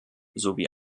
sowie